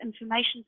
information